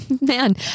man